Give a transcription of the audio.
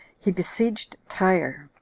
he besieged tyre,